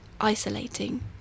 isolating